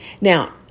Now